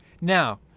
Now